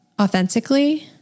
authentically